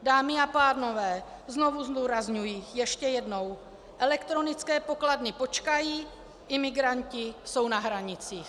Dámy a pánové, znovu zdůrazňuji ještě jednou: elektronické pokladny počkají, imigranti jsou na hranicích.